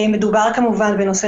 מדובר כמובן בנושא